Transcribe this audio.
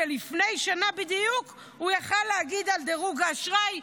שלפני שנה בדיוק הוא יכול היה להגיד על דירוג האשראי.